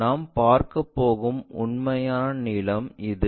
நாம் பார்க்கப்போகும் உண்மையான நீளம் இது